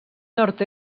nord